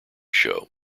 show